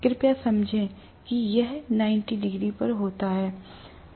कृपया समझें कि यह 90 डिग्री पर है